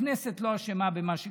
הכנסת לא אשמה במה שקרה.